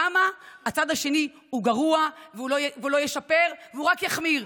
כמה הצד השני הוא גרוע והוא לא ישפר והוא רק יחמיר.